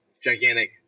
gigantic